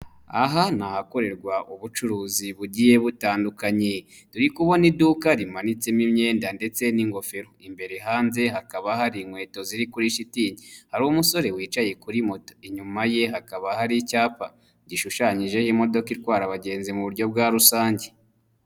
Aha ni ahakorerwa ubucuruzi bugiye butandukanye, turi kubona iduka rimanitsemo imyenda ndetse n'ingofero, imbere hanze hakaba hari inkweto ziri kuri shitingi, hari umusore wicaye kuri moto, inyuma ye hakaba hari icyapa gishushanyijeho imodoka itwara abagenzi mu buryo bwa rusange.